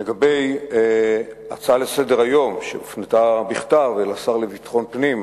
לגבי ההצעה לסדר-היום שהופנתה בכתב אל השר לביטחון פנים,